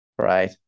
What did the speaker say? right